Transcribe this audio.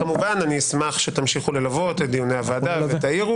וכמובן אשמח שתמשיכו ללוות את דיוני הוועדה ותעירו,